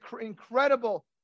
incredible